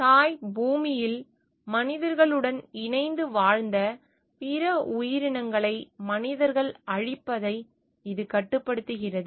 தாய் பூமியில் மனிதர்களுடன் இணைந்து வாழ்ந்த பிற உயிரினங்களை மனிதர்கள் அழிப்பதை இது கட்டுப்படுத்துகிறது